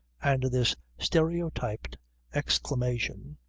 and this stereotyped exclamation,